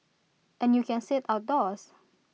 and you can sit outdoors